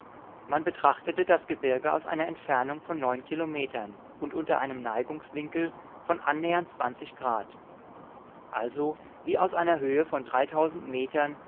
man betrachtete das gebirge aus einer entfernung von neun kilometern und unter einem neigungswinkel von annähernd zwanzig grad also wie aus einer höhe von dreitausend metern